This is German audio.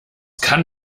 kann